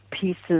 pieces